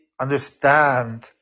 understand